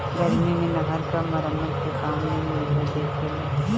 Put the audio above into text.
गर्मी मे नहर क मरम्मत के काम भी इहे देखेला